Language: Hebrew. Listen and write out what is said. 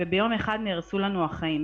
וביום אחד נהרסו לנו החיים.